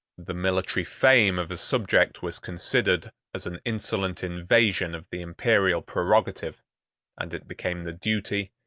the military fame of a subject was considered as an insolent invasion of the imperial prerogative and it became the duty,